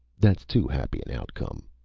that's too happy an outcome.